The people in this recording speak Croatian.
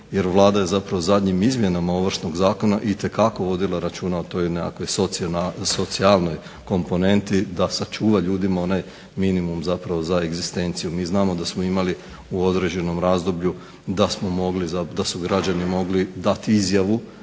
jer Vlada je zadnjim izmjenama Ovršnog zakona itekako vodila računa o toj nekakvoj socijalnoj komponenti da sačuva ljudima onaj minimum za egzistenciju. Mi znamo da smo imali u određenom razdoblju da su građani mogli dati izjavu